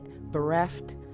bereft